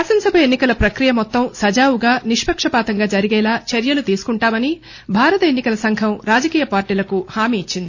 శాసనసభ ఎన్నికల ప్రక్రియ మొత్తం సజావుగా నిష్పక్షపాతంగా జరిగేలా చర్యలు తీసుకుంటామని భారత ఎన్ని కల కమిషన్ రాజకీయ పార్టీలకు హామీ ఇచ్చింది